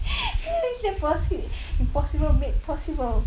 the possi~ impossible made possible